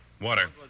Water